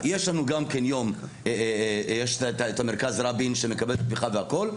יש את מרכז רבין שמקבל תמיכה והכול,